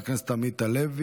3,000 מחבלים, טבח המוני.